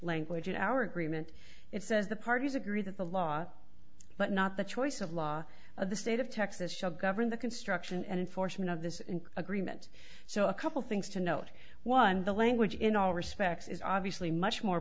language and our agreement it says the parties agree that the law but not the choice of law of the state of texas shall govern the construction and enforcement of this agreement so a couple things to note one the language in all respects is obviously much more